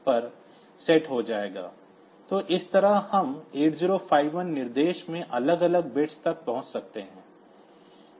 तो इस तरह हम 8051 निर्देश में अलग अलग बिट्स तक पहुंच सकते हैं